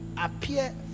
appear